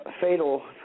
fatal